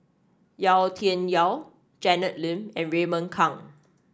Yau Tian Yau Janet Lim and Raymond Kang